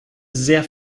sehr